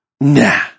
Nah